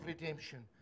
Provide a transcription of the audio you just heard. redemption